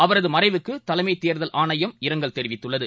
அவரதுமறைவுக்குதலைமைதேர்தல் ஆணையம் இரங்கல் தெரிவித்துள்ளது